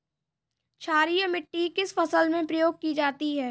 क्षारीय मिट्टी किस फसल में प्रयोग की जाती है?